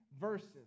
verses